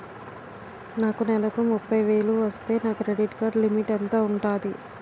నాకు నెలకు ముప్పై వేలు వస్తే నా క్రెడిట్ కార్డ్ లిమిట్ ఎంత ఉంటాది?